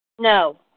No